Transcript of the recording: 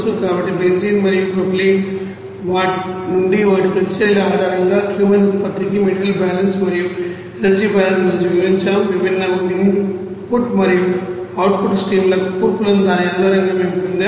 కాబట్టి బెంజీన్ మరియు ప్రొపైలీన్ నుండి వాటి ప్రతిచర్యల ఆధారంగా కూమెన్ ఉత్పత్తికి మెటీరియల్ బ్యాలెన్స్ మరియు ఎనర్జీ బ్యాలెన్స్ గురించి వివరించాము విభిన్న ఇన్పుట్ మరియు అవుట్పుట్ స్ట్రీమ్ల కూర్పులను దాని ఆధారంగా మేము పొందాము